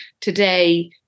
today